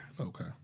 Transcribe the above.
Okay